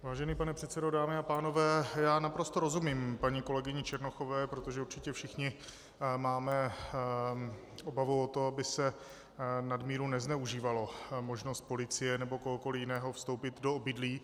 Vážený pane předsedo, dámy a pánové, já naprosto rozumím paní kolegyni Černochové, protože určitě všichni máme obavu o to, aby se nadmíru nezneužívala možnost policie nebo kohokoli jiného vstoupit do obydlí.